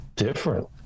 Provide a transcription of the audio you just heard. different